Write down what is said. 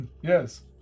yes